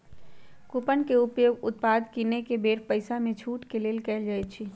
coupon के उपयोग उत्पाद किनेके बेर पइसामे छूट के लेल कएल जाइ छइ